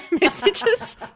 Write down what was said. messages